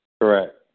Correct